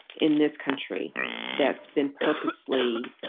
in this country that's been purposely